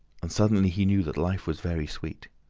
and suddenly he knew that life was very sweet.